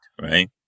right